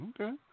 okay